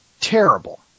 terrible